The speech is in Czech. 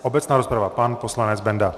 Obecná rozprava, pan poslanec Benda.